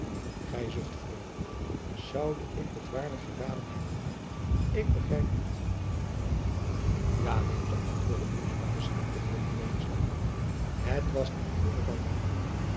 zoude ik het waarlijk geraden hebben ik begrijp niet ja leentje antwoordde ulrica beschaamd de oogen nederslaande het was die groene bandelier